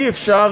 אי-אפשר,